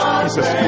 Jesus